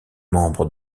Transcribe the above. membres